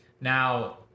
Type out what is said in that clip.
Now